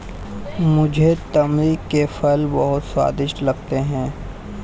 मुझे तमरिंद के फल बहुत स्वादिष्ट लगते हैं